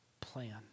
plan